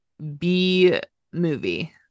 B-movie